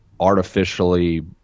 artificially